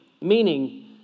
Meaning